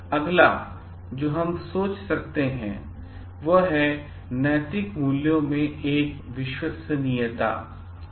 अगला जो हम सोच सकते हैं वह है नैतिक मूल्यों में से एक विश्वसनीयता है